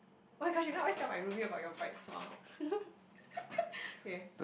oh-my-gosh you know I always tell my roomie about your bright smile okay